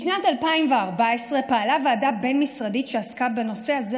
בשנת 2014 פעלה ועדה בין-משרדית שעסקה בנושא הזה